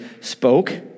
spoke